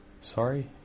sorry